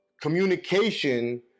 communication